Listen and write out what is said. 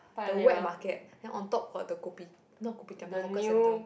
the wet market then on top got the kopi~ not Kopitiam the hawker centre